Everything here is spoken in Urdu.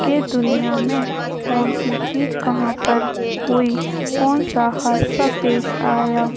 کہ دنیا میں کون سی چیز کہاں پر ہوئی کون سا حادثہ پیش آیا